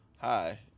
Hi